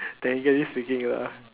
technically speaking lah